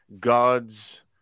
God's